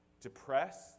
depressed